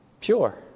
pure